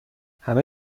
همه